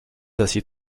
aciers